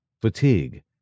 fatigue